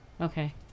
Okay